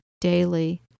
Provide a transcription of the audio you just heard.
daily